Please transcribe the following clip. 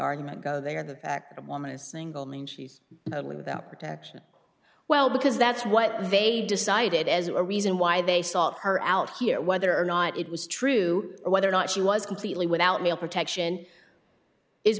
argument go they are the fact the woman is single means she's totally without protection well because that's what they decided as a reason why they sought her out here whether or not it was true or whether or not she was completely without male protection is